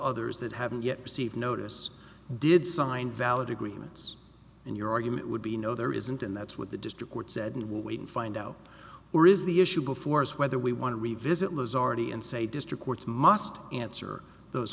others that haven't yet received notice did sign valid agreements in your argument would be no there isn't and that's what the district court said we'll wait and find out where is the issue before us whether we want to revisit lazard and say district courts must answer those